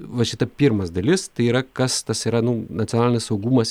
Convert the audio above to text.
va šita pirmas dalis tai yra kas tas yra nacionalinis saugumas